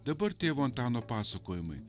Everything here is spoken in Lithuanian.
dabar tėvo antano pasakojimai